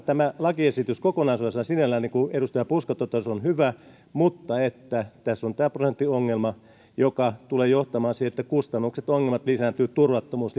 tämä lakiesitys kokonaisuudessaan sinällään niin kuin edustaja puska totesi on hyvä mutta tässä on tämä prosenttiongelma joka tulee johtamaan siihen että kustannukset ja ongelmat lisääntyvät turvattomuus